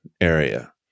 area